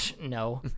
no